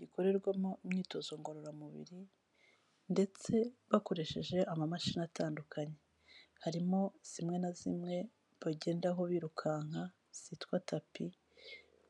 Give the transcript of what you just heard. Gikorerwamo imyitozo ngororamubiri ndetse bakoresheje amamashini atandukanye, harimo zimwe na zimwe bagendaho birukanka zitwa tapi